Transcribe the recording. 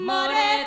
More